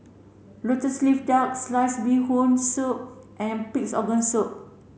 lotus leaf duck sliced fish bee hoon soup and pig's organ soup